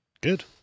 Good